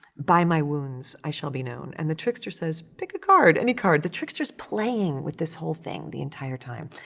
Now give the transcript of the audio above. by my wounds i shall be known, and the trickster says, pick a card, any card. the trickster is playing with this whole thing the entire time.